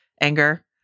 anger